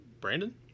Brandon